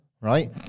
right